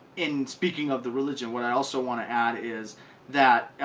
in speaking of the religion when i also want to add is that